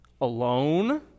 alone